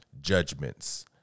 judgments